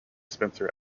spencer